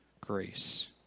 grace